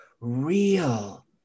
real